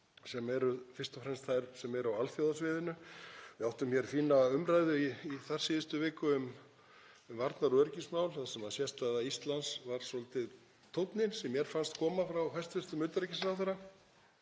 sem eru fyrst og fremst þær sem eru á alþjóðasviðinu. Við áttum hér fína umræðu í þarsíðustu viku um varnar- og öryggismál þar sem sérstaða Íslands var svolítið tónninn sem mér fannst koma frá hæstv. utanríkisráðherra.